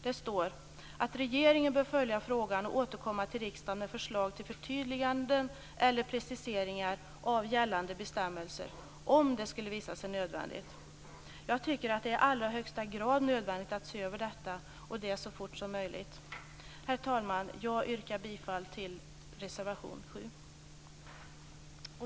Det står i betänkandet att regeringen bör följa frågan och återkomma till riksdagen med förslag till förtydliganden eller preciseringar av gällande bestämmelser om det skulle visa sig nödvändigt. Jag tycker att det i allra högsta grad är nödvändigt att så fort som möjligt se över detta. Fru talman! Jag yrkar bifall till reservation 7.